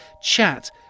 chat